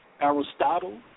Aristotle